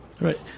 right